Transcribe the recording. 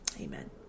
Amen